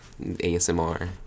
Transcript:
ASMR